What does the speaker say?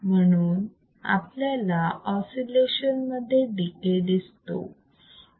म्हणून आपल्याला ऑसिलेशन मध्ये डिके दिसतो